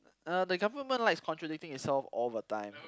uh the government likes contradicting itself all the time